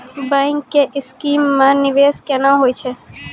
Bank के scheme मे निवेश केना होय छै?